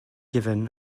given